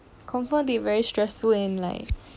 confirmed they very stressful and like